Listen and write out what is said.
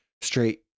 straight